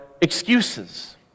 excuses